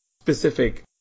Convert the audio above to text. specific